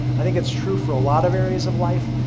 i think it's true for a lot of areas of life.